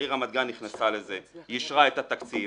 העיר רמת גן נכנסה לזה, יישרה את התקציב,